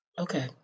Okay